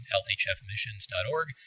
lhfmissions.org